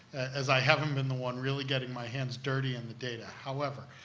as i haven't been the one really getting my hands dirty in the data. however,